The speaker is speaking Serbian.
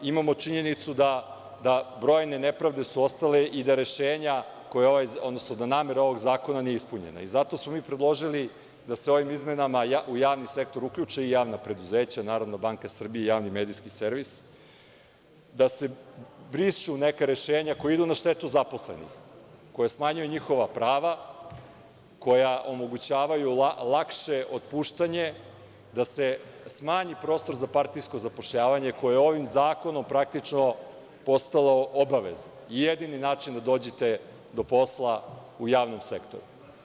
Imamo činjenicu da brojne nepravde su ostale i da rešenja, odnosno da namera ovog zakona nije ispunjena i zato smo mi predložili da se ovim izmenama u javni sektor uključe i javna preduzeća, NBS i Javni medijski servis, da se brišu neka rešenja koja idu na štetu zaposlenih, koja smanjuju njihova prava, koja omogućavaju lakše otpuštanje, da se smanji prostor za partijsko zapošljavanje koje je ovim zakonom praktično postalo obavezno i jedini način da dođete do posla u javnom sektoru.